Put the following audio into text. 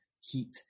heat